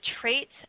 traits